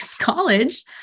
college